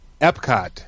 Epcot